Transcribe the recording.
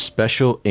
Special